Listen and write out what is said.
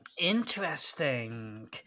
Interesting